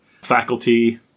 Faculty